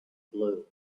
blue